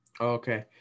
Okay